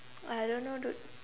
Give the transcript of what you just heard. I don't know dude